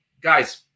guys